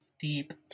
Deep